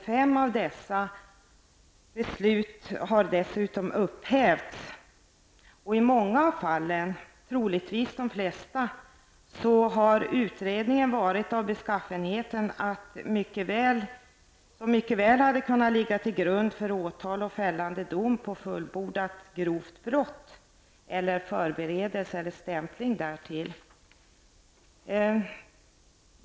Fem av dessa beslut har dessutom upphävts. I många av fallen -- troligtvis de flesta -- har utredningen varit av sådan beskaffenhet att den mycket väl hade kunnat ligga till grund för åtal och fällande dom för fullbordat grovt brott eller förberedelse för eller stämpling därtill.